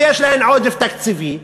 שיש להן עודף תקציבי,